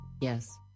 yes